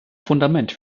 fundament